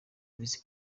visi